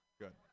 Good